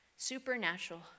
supernatural